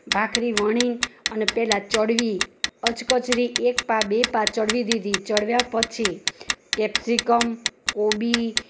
ભાખરી વણી અને પહેલાં ચડવી અધકચરી એક પા બે પા ચડવી દીધી ચડવ્યા પછી કેપ્સિકમ કોબી